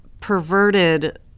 perverted